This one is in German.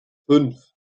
fünf